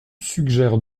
suggère